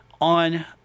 on